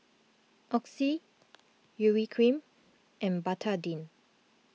Oxy Urea Cream and Betadine